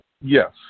Yes